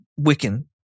Wiccan